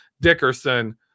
Dickerson